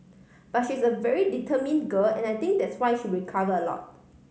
but she is a very determine girl and I think that's why she recover a lot